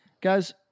guys